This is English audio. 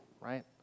right